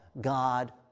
God